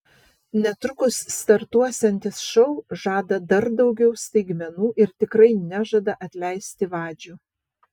netrukus startuosiantis šou žada dar daugiau staigmenų ir tikrai nežada atleisti vadžių